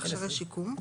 מכשירי שיקום),